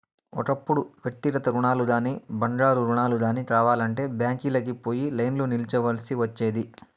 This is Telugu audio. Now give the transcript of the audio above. ఒకప్పుడు వ్యక్తిగత రుణాలుగానీ, బంగారు రుణాలు గానీ కావాలంటే బ్యాంకీలకి పోయి లైన్లో నిల్చోవల్సి ఒచ్చేది